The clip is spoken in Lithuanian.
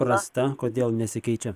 prasta kodėl nesikeičia